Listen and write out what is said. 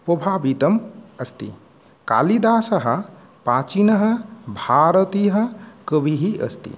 प्राभावितं अस्ति कालिदासः प्राचीनः भारतीय कविः अस्ति